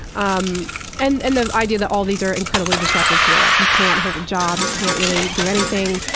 um and and the idea that all these are incredibly destructive to your life. you can't hold a job, you can't really do anything,